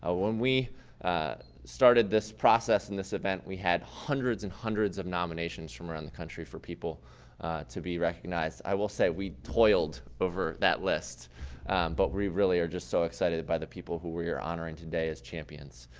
ah when we started this process and this event, we had hundreds and hundreds of nominations from around the country for people to be recognized. i will say, we toiled over that list but we, really, are just so excited by the people who we are honoring today as champions.